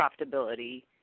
profitability